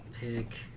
pick